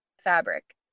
fabric